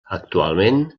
actualment